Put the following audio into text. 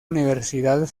universidad